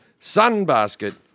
sunbasket